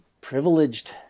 privileged